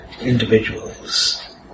individuals